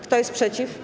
Kto jest przeciw?